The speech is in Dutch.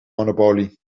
monopolie